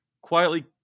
quietly